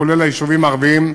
כולל היישובים הערביים.